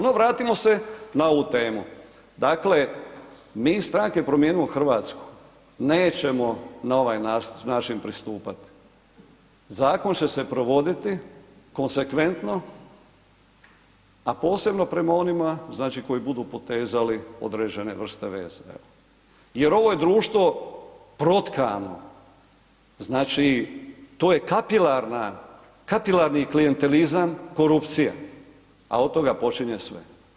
No, vratimo se na ovu temu, dakle mi iz Stranke promijenimo Hrvatsku nećemo na ovaj način pristupat, zakon će se provoditi konsekventno, a posebno prema onima znači koji budu potezali određene vrste veza, evo, jer ovo je društvo protkano znači to je kapilarna, kapilarni klijentelizam, korupcija, a od toga počinje sve.